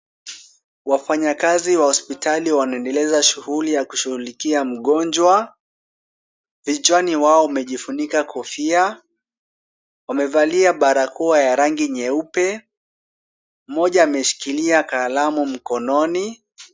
Wafanyakazi wa hospitali wanaendeleza shughuli ya kushughulikia mgonjwa. Vichwani wao wamejifunika kofia. Wamevalia barakoa ya rangi nyeupe. Mmoja ameshikilia kalamu mkononi.